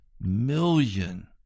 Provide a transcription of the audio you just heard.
million